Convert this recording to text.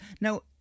Now